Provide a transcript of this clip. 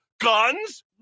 guns